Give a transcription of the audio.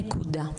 נקודה.